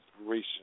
inspiration